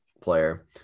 player